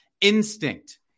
instinct